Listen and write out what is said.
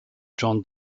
john